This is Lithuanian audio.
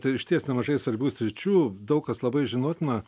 tai išties nemažai svarbių sričių daug kas labai žinotina